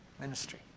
ministry